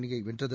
அணியைவென்றது